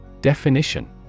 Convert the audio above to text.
Definition